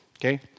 Okay